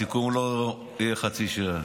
הסיכום לא יהיה חצי שעה.